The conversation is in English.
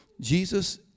Jesus